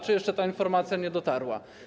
Czy jeszcze ta informacja nie dotarła?